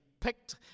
picked